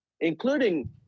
including